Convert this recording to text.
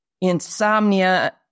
insomnia